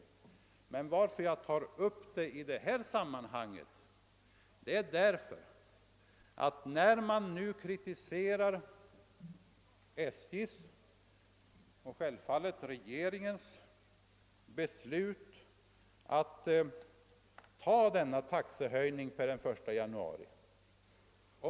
Anledningen till att jag tar upp den i detta sammanhang är att man som sagt har kritiserat SJ:s och regeringens beslut att höja taxorna den 1 januari.